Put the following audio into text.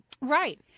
Right